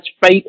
faith